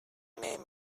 name